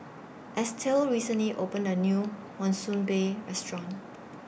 Estelle recently opened A New Monsunabe Restaurant